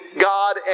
God